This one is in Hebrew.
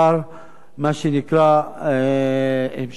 מה שנקרא המשך השימוש